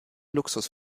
luxus